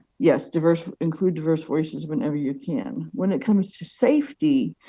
yes, diverse, include diverse voices whenever you can. when it comes to safety,